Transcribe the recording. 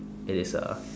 it is a